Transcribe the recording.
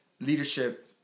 leadership